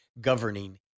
governing